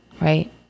right